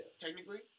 Technically